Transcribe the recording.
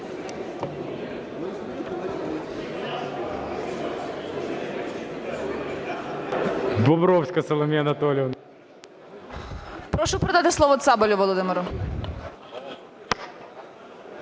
Прошу передати слово Цабалю Володимиру.